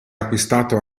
acquistato